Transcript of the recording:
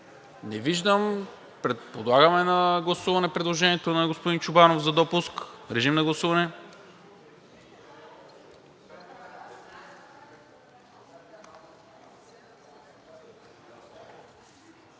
Не виждам. Подлагам на гласуване предложението на господин Чобанов за допуск. Гласували